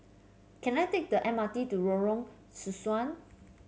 can I take the M R T to Lorong Sesuai